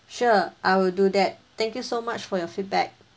sure I will do that thank you so much for your feedback